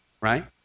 right